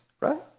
right